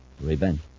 Revenge